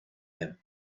him